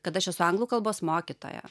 kad aš esu anglų kalbos mokytoja